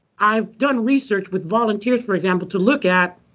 i've done research with volunteers, for example, to look at